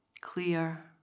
clear